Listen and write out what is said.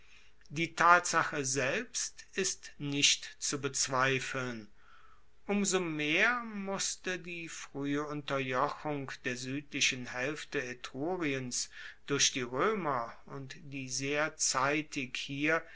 die tatsache selbst ist nicht zu bezweifeln um so mehr musste die fruehe unterjochung der suedlichen haelfte etruriens durch die roemer und die sehr zeitig hier